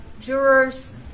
jurors